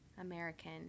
American